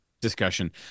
discussion